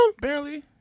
Barely